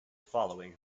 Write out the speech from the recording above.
following